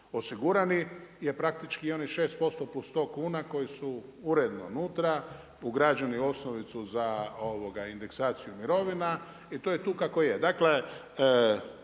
osigurani je praktički onih 6% plus 100 kuna koje su uredno unutra ugrađene u osnovicu za indeksaciju mirovina i to je tu kako je.